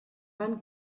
van